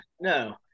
no